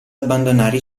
abbandonare